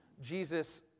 Jesus